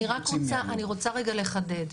אני רוצה רגע לחדד.